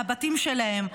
מהבתים שלהם,